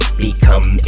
become